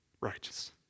righteous